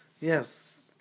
Yes